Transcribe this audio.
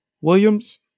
Williams